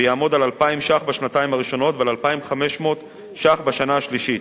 ויעמוד על 2,000 ש"ח בשנתיים הראשונות ועל 2,500 ש"ח בשנה השלישית.